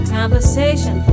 Conversation